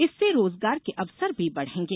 इससे रोजगार के अवसर भी बढ़ेगे